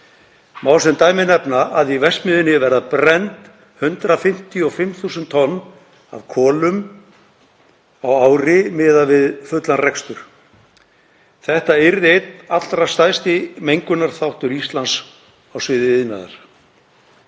Má sem dæmi nefna að í verksmiðjunni verða brennd 155.000 tonn af kolum á ári miðað við fullan rekstur. Þetta yrði einn allra stærsti mengunarþáttur Íslands á sviði iðnaðar.